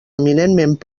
eminentment